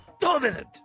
dominant